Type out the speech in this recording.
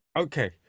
okay